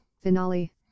finale